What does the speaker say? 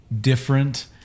different